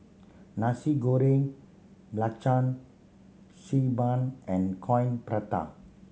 Nasi Goreng Belacan Xi Ban and Coin Prata